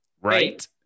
Right